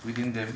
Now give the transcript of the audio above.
within them